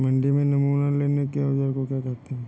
मंडी में नमूना लेने के औज़ार को क्या कहते हैं?